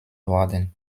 worden